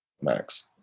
max